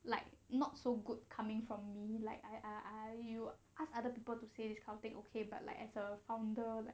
like not so good coming from me like I I you ask other people to say this kind of thing okay but like as a founder like